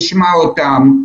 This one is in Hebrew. נשמע אותם,